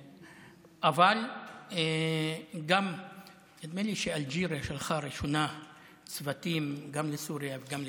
נדמה לי שאלג'יריה שלחה ראשונה צוותים גם לסוריה גם לטורקיה,